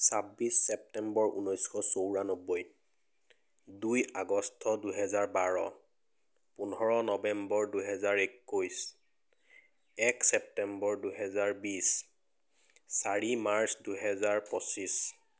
ছাব্বিছ ছেপ্তেম্বৰ ঊনৈছশ চৌৰানব্বৈ দুই আগষ্ট দুহেজাৰ বাৰ পোন্ধৰ নৱেম্বৰ দুহেজাৰ একৈছ এক ছেপ্তেম্বৰ দুহেজাৰ বিছ চাৰি মাৰ্চ দুহেজাৰ পঁচিছ